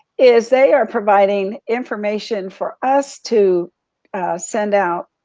is they are providing information for us to send out,